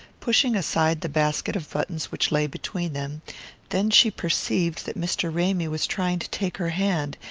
pushing aside the basket of buttons which lay between them then she perceived that mr. ramy was trying to take her hand,